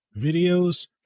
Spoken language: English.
videos